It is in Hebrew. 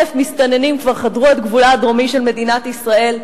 מסתננים כבר חדרו את גבולה הדרומי של מדינת ישראל,